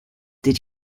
did